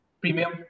premium